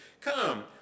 Come